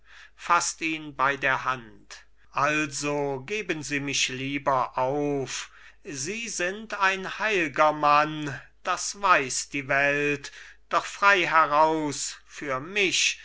faßt ihn bei der hand also geben sie mich lieber auf sie sind ein heilger mann das weiß die welt doch frei heraus für mich